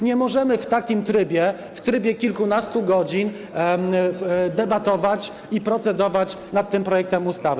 Nie możemy w takim trybie, w trybie kilkunastu godzin, debatować i procedować nad tym projektem ustawy.